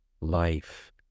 life